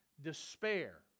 despair